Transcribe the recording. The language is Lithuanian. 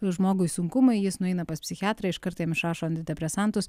žmogui sunkumai jis nueina pas psichiatrą iš karto jam išrašo antidepresantus